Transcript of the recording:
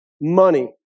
money